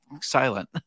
silent